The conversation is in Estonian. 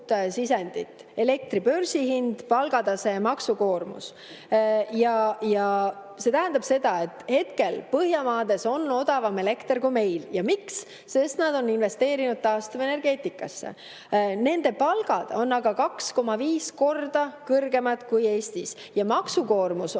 sisendit: elektri börsihind, palgatase, maksukoormus. See tähendab seda, et hetkel on Põhjamaades odavam elekter kui meil. Ja miks? Sest nad on investeerinud taastuvenergeetikasse. Nende palgad on aga 2,5 korda kõrgemad kui Eestis ja maksukoormus on